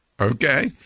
Okay